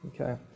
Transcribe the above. Okay